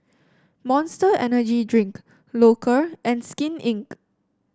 Monster Energy Drink Loacker and Skin Inc